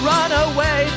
Runaway